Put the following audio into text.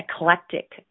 eclectic